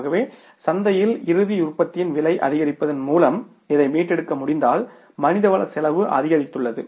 ஆகவே சந்தையில் இறுதி உற்பத்தியின் விலையை அதிகரிப்பதன் மூலம் இதை மீட்டெடுக்க முடிந்தால் மனிதவள செலவு அதிகரித்துள்ளது